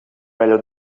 velho